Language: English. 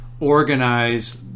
organize